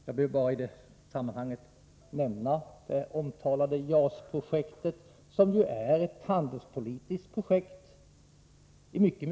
Jag behöver bara nämna det omtalade JAS-projektet, som juimycket stor omfattning är ett handelspolitiskt projekt.